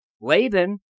Laban